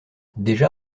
déjà